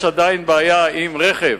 יש עדיין בעיה עם רכב,